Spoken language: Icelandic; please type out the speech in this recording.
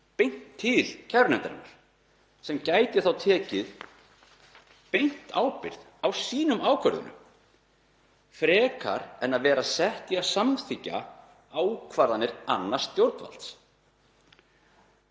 beint til kærunefndarinnar sem gæti þá tekið beina ábyrgð á sínum ákvörðunum, frekar en að vera sett í að samþykkja ákvarðanir annars stjórnvalds?